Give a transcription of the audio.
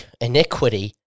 iniquity